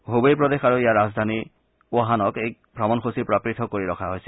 ছৱেই প্ৰদেশ আৰু ইয়াৰ ৰাজধানী ৱুহানৰ এই ভ্ৰমণসূচীৰ পৰা পৃথক কৰি ৰখা হৈছিল